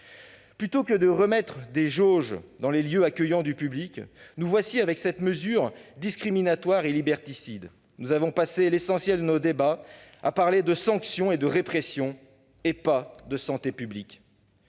Plutôt que de réinstaurer des jauges dans les lieux accueillant du public, nous voilà avec cette mesure discriminatoire et liberticide. Nous avons passé l'essentiel de nos débats à parler de sanctions et de répression et pas de santé publique,